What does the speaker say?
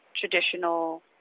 traditional